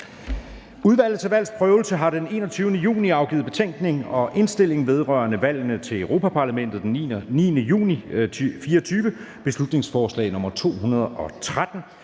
Udvalget til Valgs Prøvelse har den 21. juni 2024 afgivet: Betænkning og indstilling vedrørende valgene til Europa-Parlamentet den 9. juni 2024. (Beslutningsforslag nr. B 213).